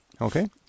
Okay